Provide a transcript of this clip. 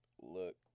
Look